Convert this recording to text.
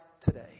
today